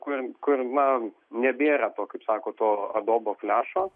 kur kur na nebėra to kaip sako to adobo flešo